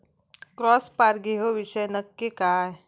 Cross परागी ह्यो विषय नक्की काय?